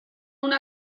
una